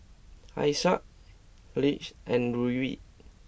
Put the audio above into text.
Alesia Lyric and Ludwig